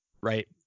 right